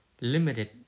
limited